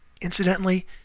incidentally